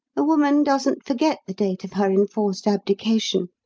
a woman doesn't forget the date of her enforced abdication.